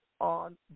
on